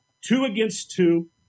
two-against-two